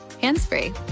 hands-free